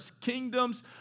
kingdoms